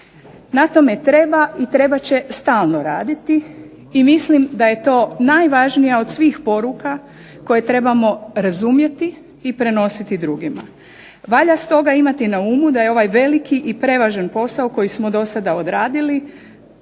na tome treba i trebat će stalno raditi i mislim da je to najvažnija od svih poruka koje trebamo razumjeti i prenositi drugima. Valja stoga imati na umu da je ovaj veliki i prevažan posao koji smo do sada odradili